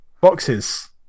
boxes